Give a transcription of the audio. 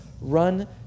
Run